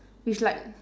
it's like